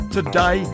Today